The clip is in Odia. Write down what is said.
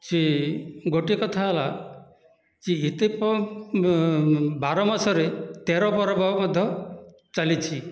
ଚି ଗୋଟିଏ କଥା ହେଲା ଯେ ଏତେ ବାର ମାସରେ ତେର ପର୍ବ ମଧ୍ୟ ଚାଲିଛି